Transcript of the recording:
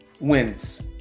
wins